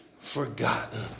forgotten